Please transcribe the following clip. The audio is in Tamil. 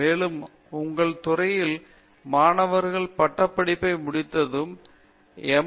மேலும் உங்கள் துறையிலிருந்து மாணவர்கள் பட்டப்படிப்பை முடித்ததும் எம்